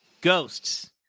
ghosts